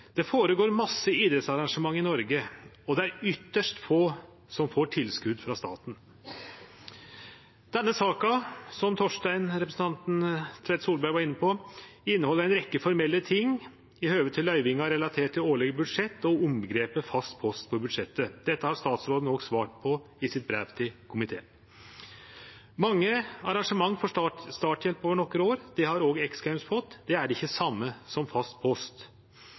Det føregår mange idrettsarrangement i Noreg, og det er ytst få som får tilskot frå staten. Denne saka, som representanten Torstein Tvedt Solberg var inne på, inneheld ei rekkje formelle ting i høve til løyvingar relaterte til årlege budsjett og omgrepet fast post på budsjettet. Dette har statsråden òg svart på i sitt brev til komiteen. Mange arrangement får starthjelp over nokre år. Det har òg X Games fått. Det er ikkje det same som fast post.